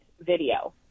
video